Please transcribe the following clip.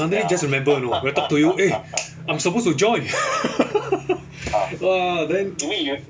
suddenly just remember you know when I talk to you eh I'm supposed to join !wah! then